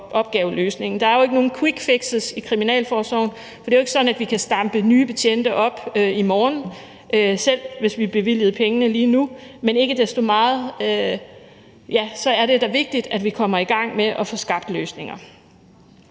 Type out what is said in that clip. opgaveløsningen. Der er jo ikke nogen quickfixes i Kriminalforsorgen, og det er jo ikke sådan, at vi kan stampe nye betjente op i morgen, selv hvis vi bevilgede pengene lige nu. Men ikke desto mindre er det da vigtigt, at vi kommer i gang med at skaffe løsninger.